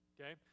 Okay